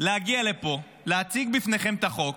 להגיע לפה להציג בפניכם את החוק,